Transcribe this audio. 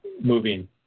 moving